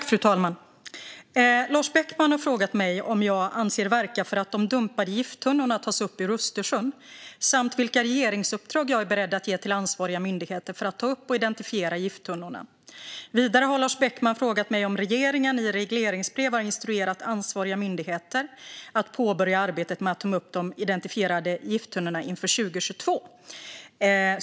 Fru talman! Lars Beckman har frågat mig om jag avser att verka för att de dumpade gifttunnorna tas upp ur Östersjön samt vilka regeringsuppdrag jag är beredd att ge till ansvariga myndigheter för att ta upp och identifiera gifttunnorna. Vidare har Lars Beckman frågat mig om regeringen i regleringsbrev har instruerat ansvariga myndigheter att påbörja arbetet med att ta upp de identifierade gifttunnorna inför 2022.